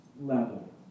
level